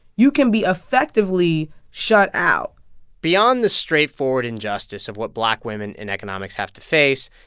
you can be effectively shut out beyond the straightforward injustice of what black women in economics have to face,